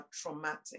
traumatic